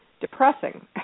depressing